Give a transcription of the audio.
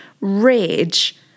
rage